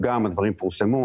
הדברים פורסמו,